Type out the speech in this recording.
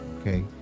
Okay